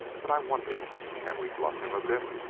but, i wonder can we bluff him a bit?